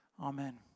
Amen